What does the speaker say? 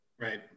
Right